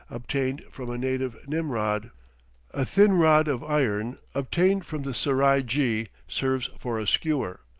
obtained from a native nimrod a thin rod of iron, obtained from the serai-jee, serves for a skewer,